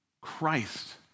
Christ